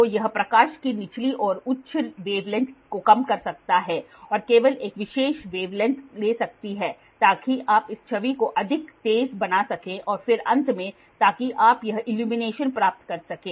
तो यह प्रकाश की निचली और उच्च वेव लेन्त को कम कर सकता है और केवल एक विशेष वेव लेन्त ले सकती है ताकि आप उस छवि को अधिक तेज बना सकें और फिर अंत में ताकि आप यह इल्यूमिनेशन प्राप्त कर सकें